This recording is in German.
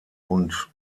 und